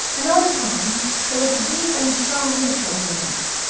and, all the time, there was a deep and strong nature underneath.